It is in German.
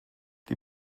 die